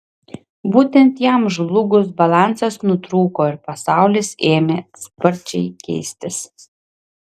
būtent jam žlugus balansas nutrūko ir pasaulis ėmė sparčiai keistis